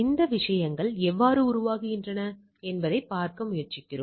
இந்த விஷயங்கள் எவ்வாறு உருவாகின்றன என்பதைப் பார்க்க முயற்சிக்கிறோம்